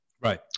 right